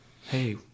hey